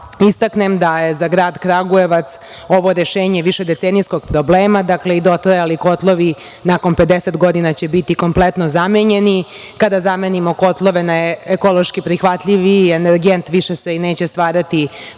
istaknem da je za grad Kragujevac ovo rešenje višedecenijskog problema. Dakle i dotrajali kotlovi nakon 50 godina će biti kompletno zamenjeni. Kada zamenimo kotlove na ekološki prihvatljiviji energent više se i neće stvarati